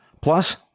plus